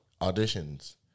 auditions